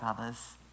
others